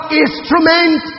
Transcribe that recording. instrument